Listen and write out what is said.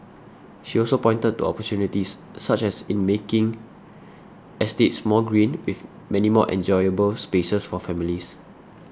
she also pointed to opportunities such as in making estates more green with many more enjoyable spaces for families